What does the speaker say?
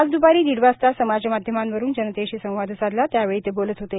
आज द्पारी दीड वाजता समाजमाध्यमांवरून जनतेशी संवाद साधला त्यावेळी ते बोलत होते